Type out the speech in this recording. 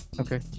Okay